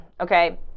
okay